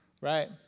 right